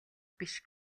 биш